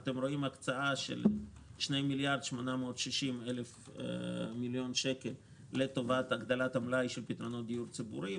הקצאה של 2.86 מיליארד שקל לטובת הגדלת מלאי פתרונות דיור ציבורי,